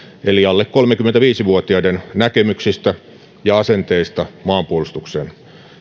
eli alle kolmekymmentäviisi vuotiaiden näkemyksistä ja asenteista maanpuolustukseen